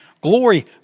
Glory